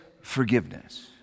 forgiveness